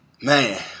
man